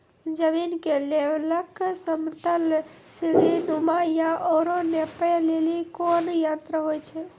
जमीन के लेवल समतल सीढी नुमा या औरो नापै लेली कोन यंत्र होय छै?